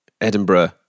Edinburgh